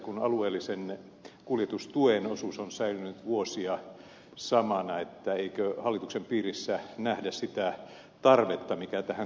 kun alueellisen kuljetustuen osuus on säilynyt vuosia samana niin eikö hallituksen piirissä nähdä sitä tarvetta mikä tähän kuljetustukeen liittyy